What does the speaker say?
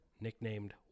nicknamed